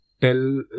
Tell